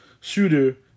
shooter